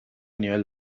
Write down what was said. nivel